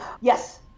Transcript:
Yes